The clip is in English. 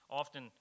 often